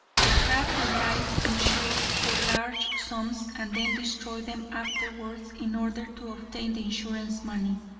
would have their lives insured for large sums and then destroy them afterwards, in order to obtain the insurance money.